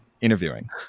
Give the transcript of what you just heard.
interviewing